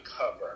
cover